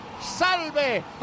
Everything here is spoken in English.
salve